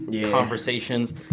conversations